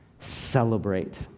celebrate